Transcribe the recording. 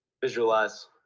visualize